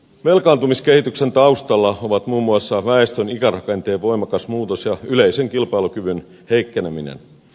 velkaantumiskehityksen taustalla ovat muun muassa väestön ikärakenteen voimakas muutos ja yleisen kilpailukyvyn heikkeneminen